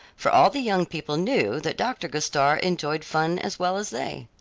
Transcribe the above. for all the young people knew that dr. gostar enjoyed fun as well as they.